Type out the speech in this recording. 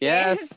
Yes